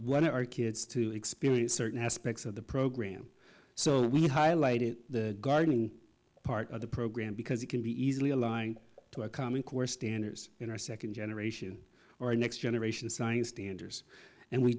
want our kids to experience certain aspects of the program so we highlighted the gardening part of the program because it can be easily allying to a common core standards in our second generation or next generation science standards and we